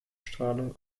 strahlung